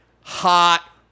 hot